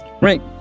Right